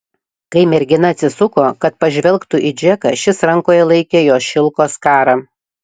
kai mergina atsisuko kad pažvelgtų į džeką šis rankoje laikė jos šilko skarą